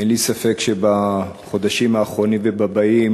אין לי ספק שבחודשים האחרונים ובבאים